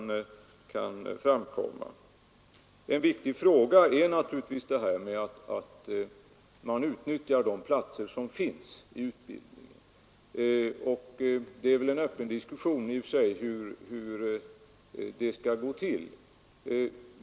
Det är naturligtvis viktigt att man utnyttjar de platser som finns för utbildning, och det är en öppen fråga hur det skall gå till.